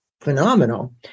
phenomenal